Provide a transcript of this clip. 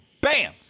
bam